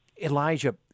Elijah